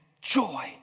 joy